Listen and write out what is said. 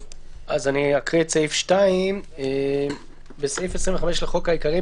אני אקרא את סעיף 2. תיקון סעיף 25 בסעיף 25 לחוק העיקרי,